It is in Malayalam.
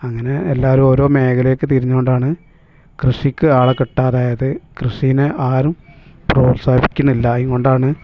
അങ്ങനെ എല്ലാവരും ഓരോ മേഖലക്ക് തിരിഞ്ഞതു കൊണ്ടാണ് കൃഷിക്ക് ആളെ കിട്ടാതായതു കൃഷീനെ ആരും പ്രോത്സാഹിപ്പിക്കണില്ല എന്നതു കൊണ്ടാണ്